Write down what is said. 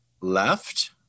left